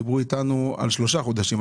דיברו איתנו על שלושה חודשים,